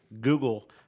Google